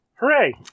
Hooray